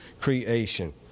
creation